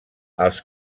els